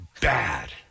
Bad